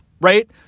right